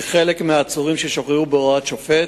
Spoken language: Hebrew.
חלק מהעצורים ששוחררו בהוראת שופט